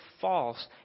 false